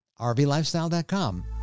rvlifestyle.com